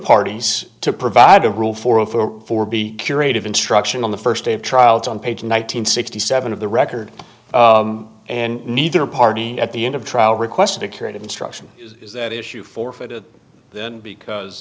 parties to provide a rule for a four be curative instruction on the first day of trial it's on page nine hundred sixty seven of the record and neither party at the end of trial requested a curative instruction is that issue forfeited then because